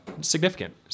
significant